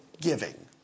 giving